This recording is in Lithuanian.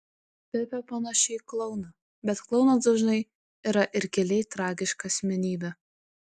pepė panaši į klouną bet klounas dažnai yra ir giliai tragiška asmenybė